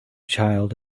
child